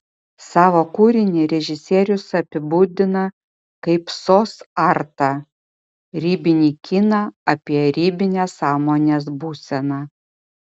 savo kūrinį režisierius apibūdina kaip sos artą ribinį kiną apie ribinę sąmonės būseną